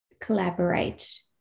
collaborate